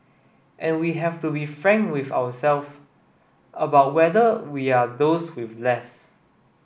and we have to be frank with our self about whether we are those with less